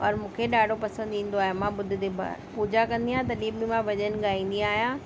और मूंखे ॾाढो पसंदि ईंदो आहे मां ॿुधदी बि आहे पूजा कंदी आहे तडहिं बि मां भॼन गाईंदी आहियां